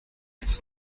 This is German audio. jetzt